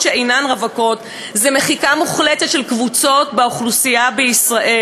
שאינן רווקות הוא מחיקה מוחלטת של קבוצות באוכלוסייה בישראל.